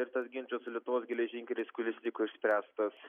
ir tas ginčas su lietuvos geležinkeliais kuris liko išspręstas